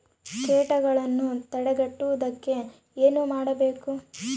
ಕೇಟಗಳನ್ನು ತಡೆಗಟ್ಟುವುದಕ್ಕೆ ಏನು ಮಾಡಬೇಕು?